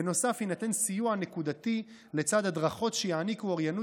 בנוסף יינתן סיוע נקודתי לצד הדרכות שיעניקו אוריינות